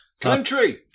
Country